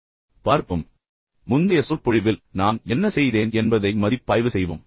நான் தொடங்குவதற்கு முன் முந்தைய சொற்பொழிவில் நான் என்ன செய்தேன் என்பதை விரைவாக மதிப்பாய்வு செய்வோம்